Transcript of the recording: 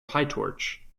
pytorch